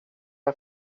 där